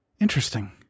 interesting